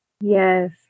Yes